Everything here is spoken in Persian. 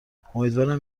امیدوارم